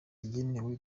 yagenewe